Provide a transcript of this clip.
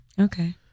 Okay